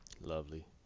Lovely